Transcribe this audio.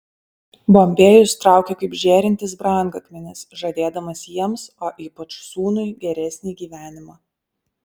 bombėjus traukia kaip žėrintis brangakmenis žadėdamas jiems o ypač sūnui geresnį gyvenimą